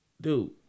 dude